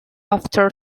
after